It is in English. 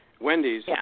Wendy's